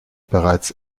bereits